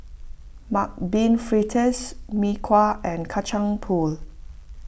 Mung Bean Fritters Mee Kuah and Kacang Pool